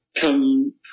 come